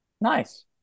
Nice